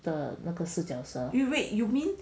的那个四脚蛇